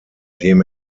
dem